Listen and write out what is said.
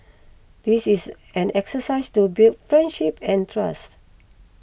this is an exercise to build friendship and trust